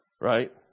right